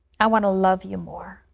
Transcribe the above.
i want to love you more.